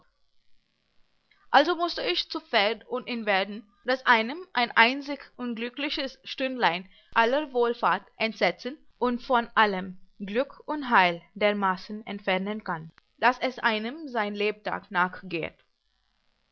also mußte ich zu pferd und inwerden daß einem ein einzig unglückliches stündlein aller wohlfahrt entsetzen und von allem glück und heil dermaßen entfernen kann daß es einem sein lebtag nachgehet